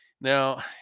Now